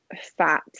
fat